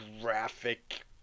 graphic